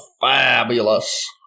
fabulous